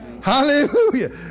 Hallelujah